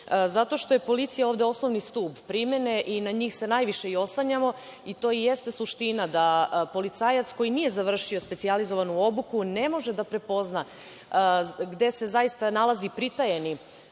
zato što je policija ovde osnovni stub primene i na njih se najviše oslanjamo. To jeste suština, da policajac koji nije završio specijalizovanu obuku ne može da prepozna gde se zaista nalazi pritajeni